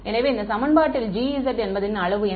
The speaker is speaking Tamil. எனவே இந்த சமன்பாட்டில் Gs என்பதின் அளவு என்ன